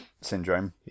syndrome